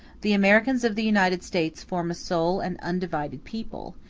the americans of the united states form a sole and undivided people,